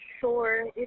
sure